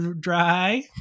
dry